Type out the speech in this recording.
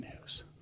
news